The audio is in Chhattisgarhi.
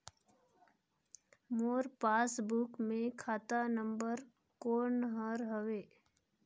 मोर पासबुक मे खाता नम्बर कोन हर हवे?